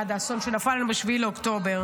עד האסון שנפל עלינו ב-7 באוקטובר.